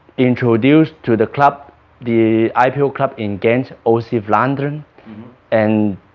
introduced to the club the ipo club in gent, o c vlaendren and